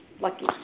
lucky